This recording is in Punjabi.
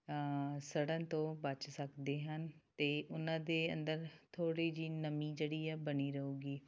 ਸੜਨ ਤੋਂ ਬਚ ਸਕਦੇ ਹਨ ਅਤੇ ਉਨ੍ਹਾਂ ਦੇ ਅੰਦਰ ਥੋੜ੍ਹੀ ਜਿਹੀ ਨਮੀ ਜਿਹੜੀ ਆ ਬਣੀ ਰਹੂਗੀ